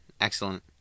excellent